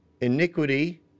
iniquity